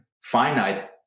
finite